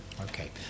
Okay